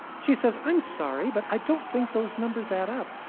she says, i'm sorry, but i don't think those numbers add up.